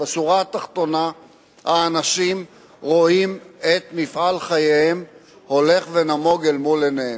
ובשורה התחתונה האנשים רואים את מפעל חייהם הולך ונמוג אל מול עיניהם.